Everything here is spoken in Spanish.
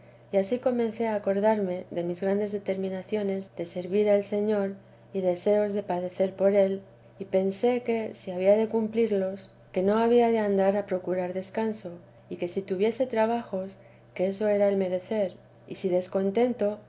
y ansí comencé a acordarme de mis grandes determinaciones de servir al señor y deseos de padecer por él y pensé que si había de cumplirlos que no había de andar a procurar descansos y que si tuviese trabajos que eso era el merecer y si descontento